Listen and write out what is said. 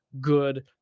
good